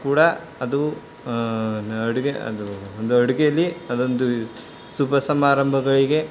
ಕೂಡ ಅದು ಅಡುಗೆ ಅದು ಒಂದು ಅಡುಗೇಲಿ ಅದೊಂದು ಶುಭ ಸಮಾರಂಭಗಳಿಗೆ